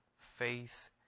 faith